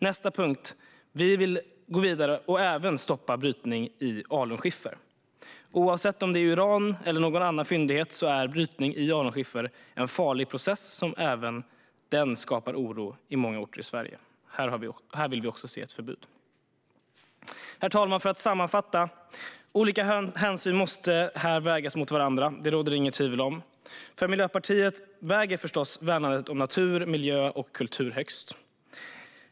Nästa steg vi vill ta är att även stoppa brytning i alunskiffer. Oavsett om det gäller uran eller någon annan fyndighet är brytning i alunskiffer en farlig process som även den skapar oro på många orter i Sverige. Här vill vi också se ett förbud. Herr talman! För att sammanfatta: Olika hänsyn måste här vägas mot varandra. Det råder det inget tvivel om. För Miljöpartiet väger förstås värnandet om natur, miljö och kultur tyngst.